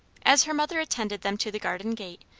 as her mother attended them to the garden gate,